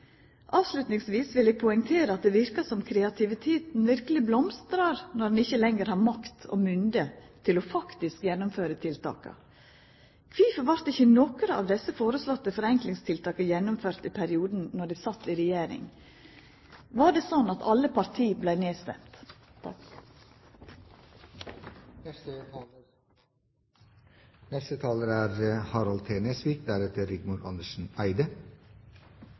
Avslutningsvis vil eg poengtera at det verkar som om kreativiteten verkeleg blomstrar når ein ikkje lenger har makt og mynde til faktisk å gjennomføra tiltak. Kvifor vart ikkje nokon av desse føreslåtte forenklingstiltaka gjennomførte i den perioden ein sat i regjering? Var det sånn at alle parti